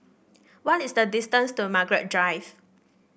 what is the distance to Margaret Drive